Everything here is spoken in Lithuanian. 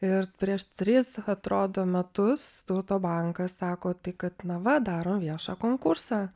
ir prieš tris atrodo metus turto bankas sako tai kad na va daro viešą konkursą